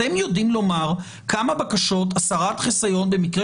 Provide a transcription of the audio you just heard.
אתם יודעים לומר כמה בקשות הסרת חיסיון במקרה